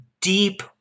deep